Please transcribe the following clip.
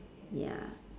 ya